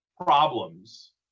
problems